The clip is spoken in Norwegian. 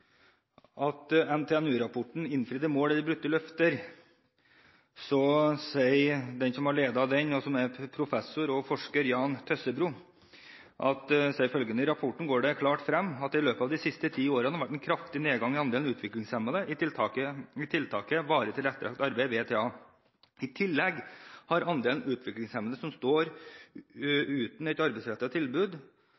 gjelder NTNU-rapporten Innfridde mål eller brutte visjoner?, sier den som har ledet arbeidet med den, professor og forsker Jan Tøssebro: «I rapporten går det frem at det i løpet av de siste ti årene har vært en kraftig nedgang i andelen utviklingshemmede i tiltaket varig tilrettelagt arbeid . I tillegg har andelen utviklingshemmede som står